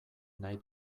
nahi